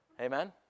Amen